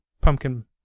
pumpkin